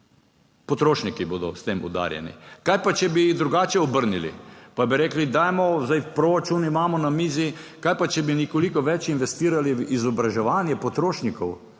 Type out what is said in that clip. Potrošniki bodo s tem udarjeni. Kaj pa če bi drugače obrnili, pa bi rekli, dajmo zdaj v proračun, imamo na mizi, kaj pa če bi nekoliko več investirali v izobraževanje potrošnikov,